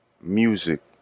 music